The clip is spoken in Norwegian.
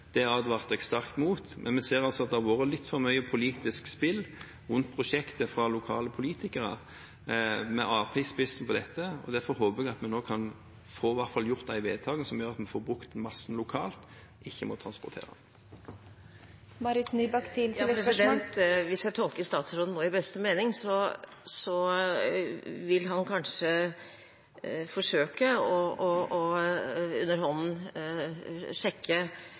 Det advarte jeg sterkt imot. Men vi ser at det har vært litt for mye politisk spill rundt prosjektet fra lokale politikere, med Arbeiderpartiet i spissen, om dette. Derfor håper jeg at vi nå i hvert fall kan få fattet de vedtakene som gjør at en får brukt massen lokalt og ikke må transportere den. Hvis jeg nå tolker statsråden i beste mening, vil han kanskje forsøke, under hånden, å sjekke hva som skjer i Oslo bystyre og